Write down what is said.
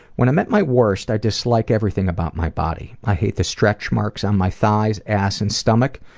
when i'm at my worst, i dislike everything about my body. i hate the stretch marks on my thighs, ass, and stomach,